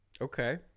Okay